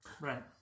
right